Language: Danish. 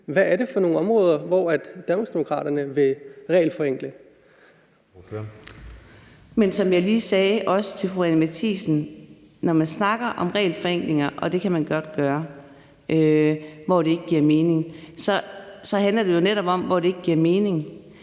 Ordføreren. Kl. 10:14 Karina Adsbøl (DD): Men som jeg lige sagde, også til fru Anni Matthiesen: Når man snakker om regelforenklinger, og det kan man godt gøre, hvor det ikke giver mening, handler det jo netop om, hvor det ikke giver mening.